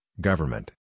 Government